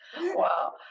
Wow